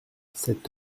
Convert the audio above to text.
cet